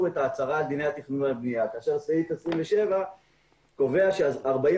את ההצהרה על דיני התכנון והבנייה כאשר סעיף 27 קובע ש-45